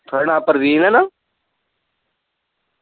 थुआढ़ा नां परवीन ऐ ना